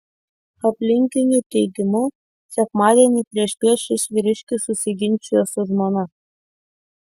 aplinkinių teigimu sekmadienį priešpiet šis vyriškis susiginčijo su žmona